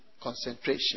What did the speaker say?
Concentration